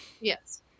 Yes